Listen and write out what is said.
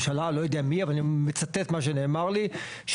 לא, מה שהוא אמר זה בנוסף לזה, חשוב להבהיר.